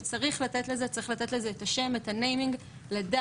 ומה הכלים שיש לנו להתמודד איתה.